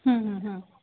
ହଁ